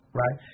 right